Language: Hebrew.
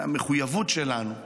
המחויבות שלנו היא